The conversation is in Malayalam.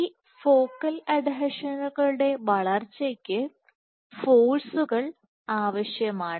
ഈ ഫോക്കൽ അഡ്ഹീഷനുകളുടെ വളർച്ചയ്ക്ക് ഫോഴ്സുകൾ ആവശ്യമാണ്